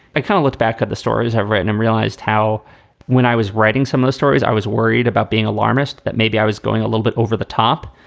i can't look back at the stories i've written and how when i was writing some of the stories, i was worried about being alarmist, that maybe i was going a little bit over the top.